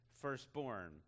firstborn